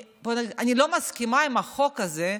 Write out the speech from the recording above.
אני לא מסכימה עם החוק הזה,